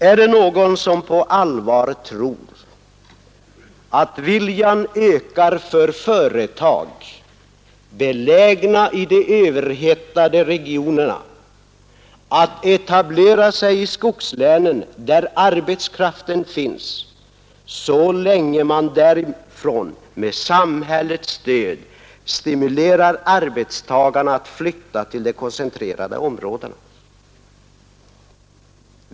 Är det någon som på allvar tror, att viljan ökar för företag belägna i de överhettade regionerna att etablera sig i skogslänen där arbetskraften finns, så länge man därifrån med samhällets stöd stimulerar arbetstagarna att flytta till de koncentrerade områdena?